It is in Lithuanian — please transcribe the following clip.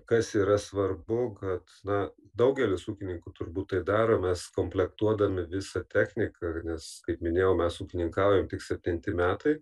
kas yra svarbu kad na daugelis ūkininkų turbūt tai daro mes komplektuodami visą techniką nes kaip minėjau mes ūkininkaujam tik septinti metai